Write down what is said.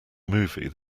movie